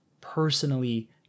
personally